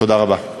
תודה רבה.